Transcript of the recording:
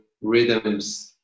rhythms